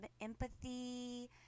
empathy